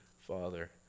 father